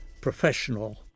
professional